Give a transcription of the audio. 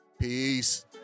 Peace